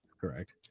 Correct